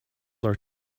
are